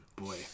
boy